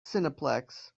cineplex